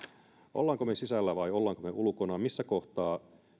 olemmeko me sisällä vai olemmeko ulkona missä kohtaa